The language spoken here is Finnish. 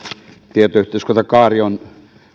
tietoyhteiskuntakaari on